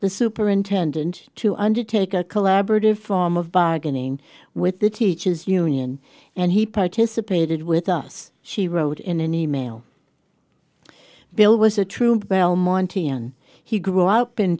the superintendent to undertake a collaborative form of bargaining with the teachers union and he participated with us she wrote in an email bill was a true belmonte and he grew up in